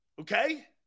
okay